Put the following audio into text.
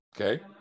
okay